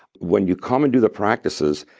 when you come and do the practices,